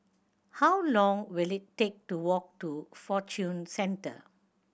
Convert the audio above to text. how long will it take to walk to Fortune Centre